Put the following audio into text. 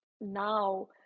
now